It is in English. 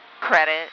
credit